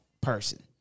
person